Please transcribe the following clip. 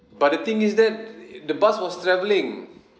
but the thing is that the bus was travelling